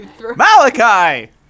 malachi